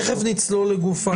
תיכף נצלול לגוף התקנות.